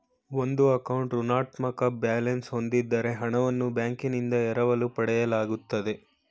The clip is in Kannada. ಒಂದು ಅಕೌಂಟ್ ಋಣಾತ್ಮಕ ಬ್ಯಾಲೆನ್ಸ್ ಹೂಂದಿದ್ದ್ರೆ ಹಣವನ್ನು ಬ್ಯಾಂಕ್ನಿಂದ ಎರವಲು ಪಡೆಯಲಾಗುತ್ತೆ